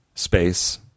Space